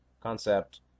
concept